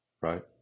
right